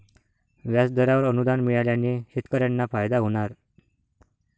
व्याजदरावर अनुदान मिळाल्याने शेतकऱ्यांना फायदा होणार